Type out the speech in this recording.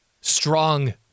strong –